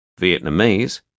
Vietnamese